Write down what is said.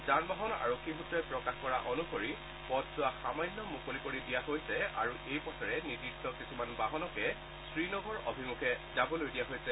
যান বাহন আৰক্ষী সূত্ৰই প্ৰকাশ কৰি অনুসৰি পথছোৱা সামান্য মুকলি কৰি দিয়া হৈছে আৰু এই পথেৰে নিৰ্দিষ্ট কিছুমান বাহনকহে শ্ৰীনগৰ অভিমুখে যাবলৈ দিয়া হৈছে